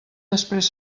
després